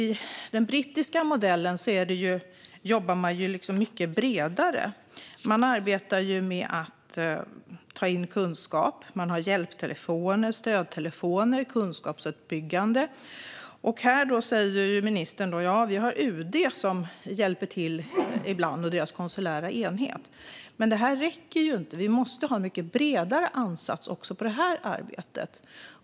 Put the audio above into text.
I den brittiska modellen jobbar man mycket bredare. Man arbetar med att ta in kunskap, och man har hjälptelefoner, stödtelefoner och kunskapsuppbyggande. Här säger ministern att vi har UD och deras konsulära enhet som hjälper till ibland. Det räcker ju inte. Vi måste ha en mycket bredare ansats i arbetet.